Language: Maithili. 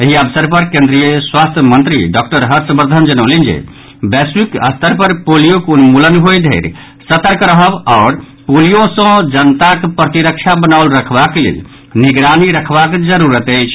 एहि अवसर पर केन्द्रीय स्वास्थ्य मंत्री डॉक्टर हर्षवर्द्वन जनौलनि जे वैश्विक स्तर पर पोलियोक उन्मूलन होय धरि सतर्क रहब आओर पोलियो सँ जनता प्रतिरक्षा बनाओल रखबाक लेल निगरानी रखबाक जरूरत अछि